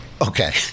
Okay